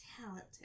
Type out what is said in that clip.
talented